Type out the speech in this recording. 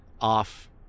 off